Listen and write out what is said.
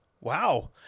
Wow